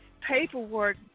paperwork